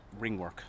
ringwork